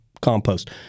Compost